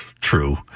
true